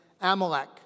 Amalek